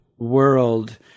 world